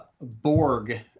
Borg